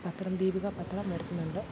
പത്രം ദീപിക പത്രം വരുത്തുന്നുണ്ട്